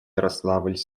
ярославль